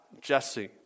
Jesse